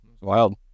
Wild